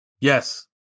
Yes